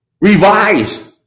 revise